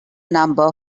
number